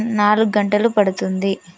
నాలుగు గంటలు పడుతుంది